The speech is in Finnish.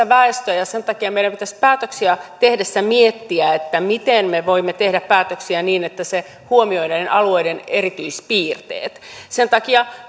väestöä ja ja sen takia meidän pitäisi päätöksiä tehdessä miettiä miten me voimme tehdä päätöksiä niin että huomioimme näiden alueiden erityispiirteet sen takia